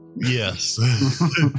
Yes